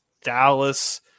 Dallas